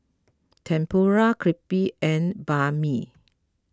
Tempura Crepe and Banh Mi